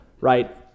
right